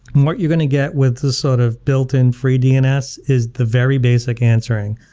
what you're going to get with this sort of built-in free dns is the very basic answering